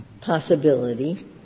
possibility